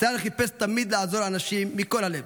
ישראל חיפש תמיד לעזור לאנשים מכל הלב,